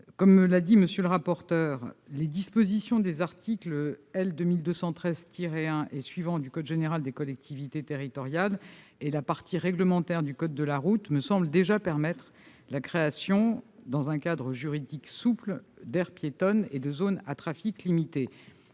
Comme l'a évoqué M. le rapporteur, les dispositions des articles L. 2213-1 et suivants du code général des collectivités territoriales et la partie réglementaire du code de la route permettent déjà la création, dans un cadre juridique souple, d'aires piétonnes et de zones à trafic limité.